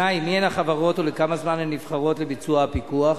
הפוך, הפוך.